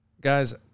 guys